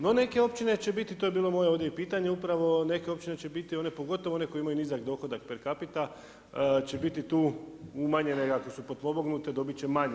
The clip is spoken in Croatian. No neke općine će biti, to je bilo moje ovdje i pitanje, upravo, neke općine će biti, one, pogotovo one koje imaju nizak dohodak per capita, će biti tu umanjene i ako su potpomognute, dobiti će manje.